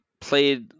played